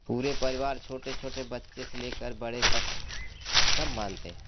पूरे परिवार छोटे छोटे बच्चे से लेकर बड़े तक सब मानते हैं